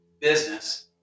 business